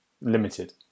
limited